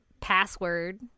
password